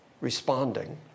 responding